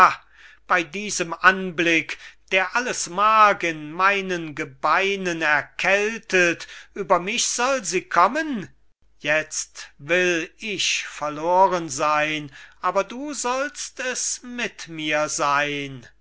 bei diesem anblick der alles mark in meinen gebeinen erkältet über mich soll sie kommen jetzt will ich verloren sein aber du sollst es mit mir sein auf